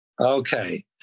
Okay